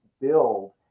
build